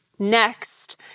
next